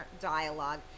dialogue